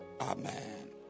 Amen